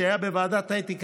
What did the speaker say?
שהיה בוועדת האתיקה,